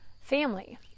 family